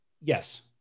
yes